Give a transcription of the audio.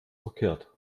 verkehrt